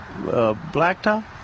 blacktop